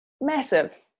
Massive